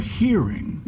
hearing